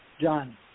John